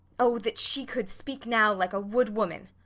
o that she could speak now like a wood woman!